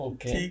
Okay